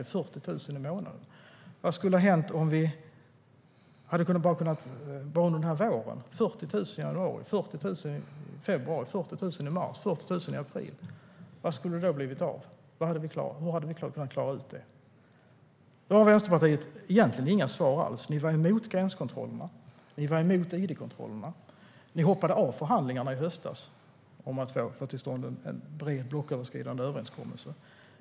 Det blir 40 000 i månaden. Vad skulle ha hänt om vi bara under den här våren hade tagit emot 40 000 i januari, 40 000 i februari, 40 000 i mars och 40 000 i april? Vad skulle då ha blivit av? Hur hade vi kunnat klara det? Vänsterpartiet har egentligen inga svar alls. Ni var emot gränskontrollerna. Ni var emot id-kontrollerna. Ni hoppade av förhandlingarna i höstas för att få till stånd en bred, blocköverskridande överenskommelse.